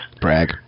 brag